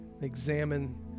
Examine